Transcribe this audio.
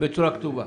בצורה כתובה.